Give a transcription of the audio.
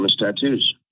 tattoos